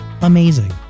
amazing